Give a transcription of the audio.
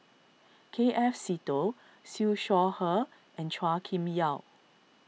K F Seetoh Siew Shaw Her and Chua Kim Yeow